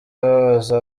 ababaza